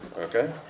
okay